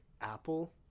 apple